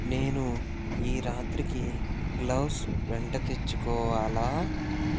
నేను ఈ రాత్రికి గ్లవ్స్ వెంట తెచ్చుకోవాలా